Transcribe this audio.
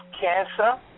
cancer